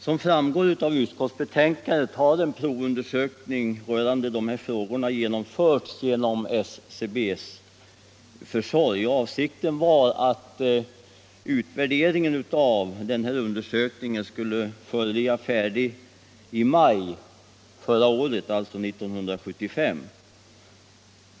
Som framgår av utskottsbetänkandet har en provundersökning rörande dessa frågor gjorts genom SCB:s försorg, och avsikten var att utvärderingen av denna undersökning skulle föreligga färdig i maj 1975.